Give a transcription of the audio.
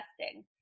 testing